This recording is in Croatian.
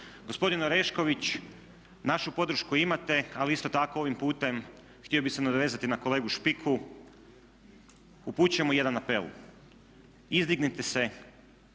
Gospodin Orešković našu podršku imate, ali isto tako ovim putem htio bih se nadovezati na kolegu Špiku. Uputit ćemo jedan apel. Izdignite se,